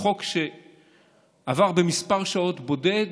חוק שעבר בכמה שעות בודדות,